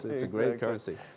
it's a great currency.